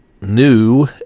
new